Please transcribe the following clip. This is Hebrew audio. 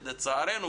שלצערנו,